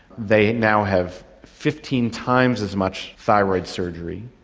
they now have fifteen times as much thyroid surgery,